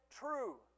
true